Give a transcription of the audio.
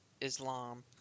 Islam